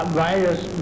virus